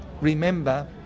Remember